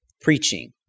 preaching